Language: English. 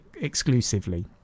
exclusively